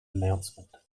announcement